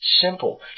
simple